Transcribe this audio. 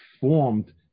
formed